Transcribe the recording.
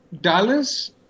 Dallas